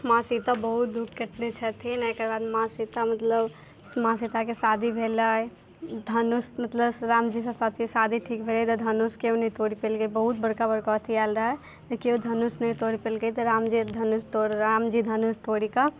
माँ सीता बहुत दुःख कटने छथिन अइके बाद माँ सीता मतलब माँ सीताके शादी भेलै धनुष मतलब रामजीके साथे शादी ठीक भेलै तऽ धनुष केओ नहि तोड़ि पयलकै बहुत बड़का अथी आएल रहै जे केओ धनुष नहि तोड़ि पयलकै तऽ रामजी तोड़ रामजी धनुष तोड़ि कऽ